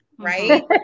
right